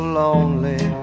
lonely